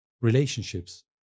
relationships